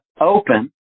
Open